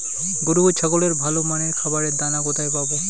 গরু ও ছাগলের ভালো মানের খাবারের দানা কোথায় পাবো?